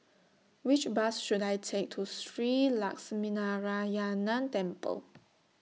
Which Bus should I Take to Shree Lakshminarayanan Temple